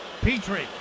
Petrie